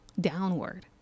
downward